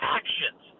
actions –